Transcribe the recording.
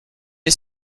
est